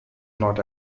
not